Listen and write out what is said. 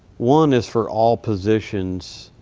one is for all positions.